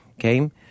Okay